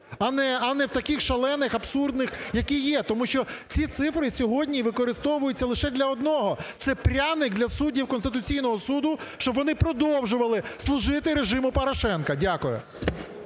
а не в таких шалених, абсурдних, які є. Тому що ці цифри сьогодні використовуються лише для одного, це пряник для суддів Конституційного Суду, щоб вони продовжували служити режиму Порошенка. Дякую.